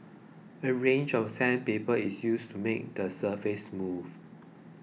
a range of sandpaper is used to make the surface smooth